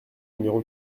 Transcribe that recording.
numéro